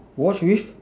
watch with